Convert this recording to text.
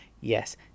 yes